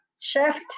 shift